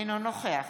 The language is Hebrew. אינו נוכח